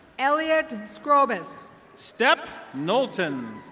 elliot scrobis. step nulton.